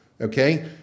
Okay